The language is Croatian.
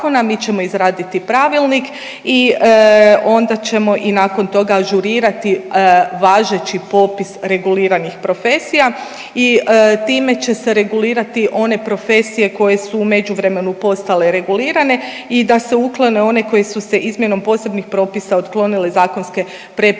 mi ćemo izraditi pravilnik i onda ćemo i nakon toga ažurirati važeći popis reguliranih profesija i time će se regulirati one profesije koje su u međuvremenu postale regulirane i da se uklone one koje su se izmjenom posebnih propisa otklonile zakonske prepreke tj.